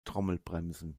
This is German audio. trommelbremsen